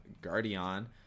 Guardian